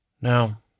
Now